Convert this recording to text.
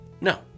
no